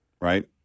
right